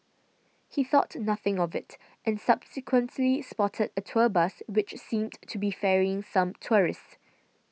he thought nothing of it and subsequently spotted a tour bus which seemed to be ferrying some tourists